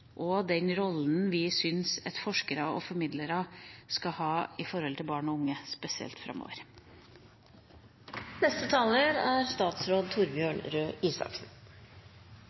og den rollen vi syns at forskere og formidlere skal ha overfor spesielt barn og unge